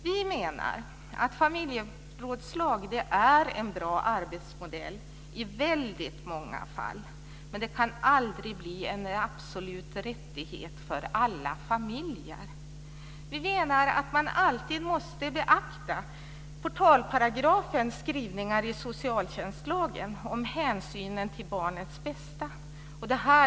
Vi menar att familjerådslag är en bra arbetsmodell i många fall. Men det kan aldrig blir en absolut rättighet för alla familjer. Vi menar att man alltid måste beakta portalparagrafens skrivningar i socialtjänstlagen om hänsynen till barnets bästa.